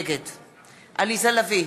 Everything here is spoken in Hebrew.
נגד עליזה לביא,